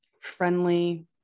friendly